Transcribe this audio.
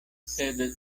sed